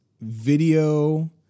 video